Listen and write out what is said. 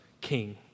king